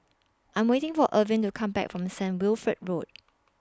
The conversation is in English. I Am waiting For Irving to Come Back from The Saint Wilfred Road